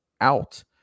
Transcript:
out